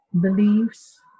beliefs